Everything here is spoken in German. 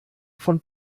von